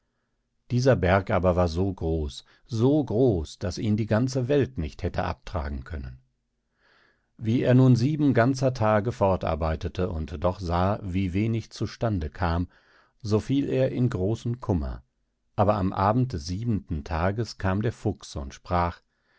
dieser berg war aber so groß so groß daß ihn die ganze welt nicht hätte abtragen können wie er nun sieben ganzer tage fortarbeitete und doch sah wie wenig zu stande kam so fiel er in großen kummer aber am abend des siebenten tages kam der fuchs und sprach